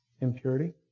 impurity